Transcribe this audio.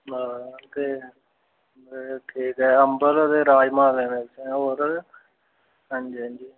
ते ठीक ऐ अम्बल राजमाह् होर होर हां जी हां जी